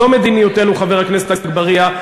זו מדיניותנו, חבר הכנסת אגבאריה.